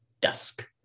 dusk